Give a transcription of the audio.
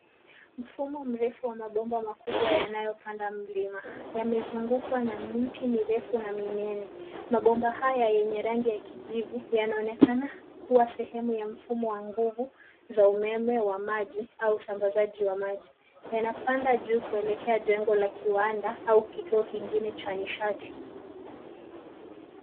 Mfumo mrefu wa mabomba makubwa makubwa yanayopanda mlima yamezungukwa na miti mirefu na minene. Mabomba haya yenye rangi ya kijivu yanaonekana kuwa sehemu ya mfumo wa nguvu za umeme wa maji au usambazaji wa maji. Yanapanda juu kuelekea jengo la kiwanda au kituo kingine cha nishati.